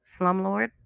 slumlord